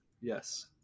Yes